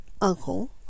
uncle